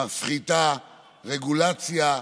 מפחיתה רגולציה,